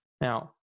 Now